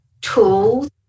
tools